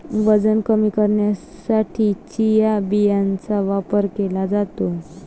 वजन कमी करण्यासाठी चिया बियांचा वापर केला जातो